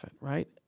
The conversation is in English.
right